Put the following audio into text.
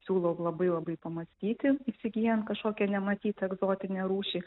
siūlau labai labai pamąstyti įsigyjant kažkokią nematytą egzotinę rūšį